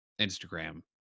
Instagram